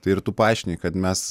tai ir tu paaiškini kad mes